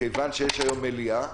מכיון שיש היום מליאה,